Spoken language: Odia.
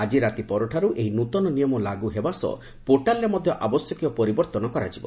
ଆକି ରାତି ପରଠାରୁ ଏହି ନୂତନ ନିୟମ ଲାଗୁ ହେବା ସହ ପୋର୍ଟାଲରେ ମଧ୍ଧ ଆବଶ୍ୟକୀୟ ପରିବର୍ଭନ କରାଯିବ